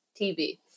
TV